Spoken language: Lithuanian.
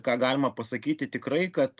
ką galima pasakyti tikrai kad